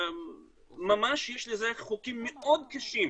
וממש יש לזה חוקים מאוד קשים